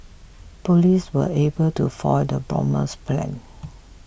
police were able to foil the bomber's plans